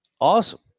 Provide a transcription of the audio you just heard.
Awesome